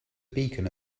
beacon